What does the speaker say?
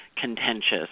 contentious